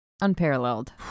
unparalleled